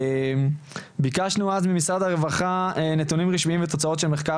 ביקשנו ממשרד הרווחה נתונים רשמיים ותוצאות של מחקר